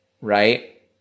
right